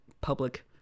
public-